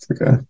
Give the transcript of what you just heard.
Okay